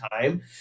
time